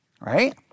right